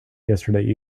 yesterday